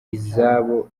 izabo